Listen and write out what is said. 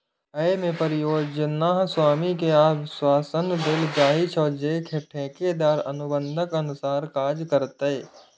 अय मे परियोजना स्वामी कें आश्वासन देल जाइ छै, जे ठेकेदार अनुबंधक अनुसार काज करतै